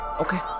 Okay